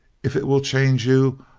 if it will change you,